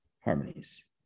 harmonies